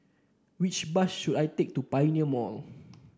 which bus should I take to Pioneer Mall